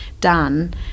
done